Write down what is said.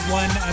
one